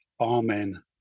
Amen